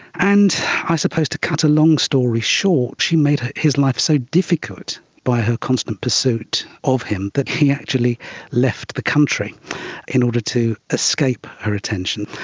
and i supposed to cut a long story short, she made his life so difficult by her constant pursuit of him that he actually left the country in order to escape her attention.